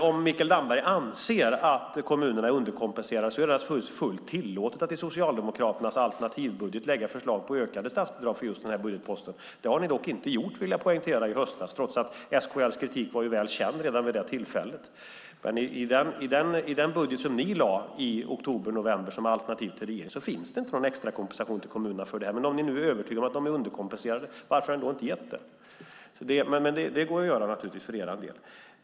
Om Mikael Damberg anser att kommunerna är underkompenserade är det naturligtvis fullt tillåtet att i Socialdemokraternas alternativbudget lägga fram förslag om ökade statsbidrag för just den här budgetposten. Det har ni dock inte gjort i höstas, vill jag poängtera, trots att SKL:s kritik var väl känd redan vid det tillfället. I den budget som ni lade fram i oktober november som alternativ till regeringens finns det ingen extra kompensation till kommunerna för det här. Om ni nu är övertygade om att de är underkompenserade, varför har ni då inte gett dem extra kompensation?